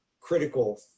critical